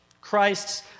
Christ's